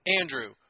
Andrew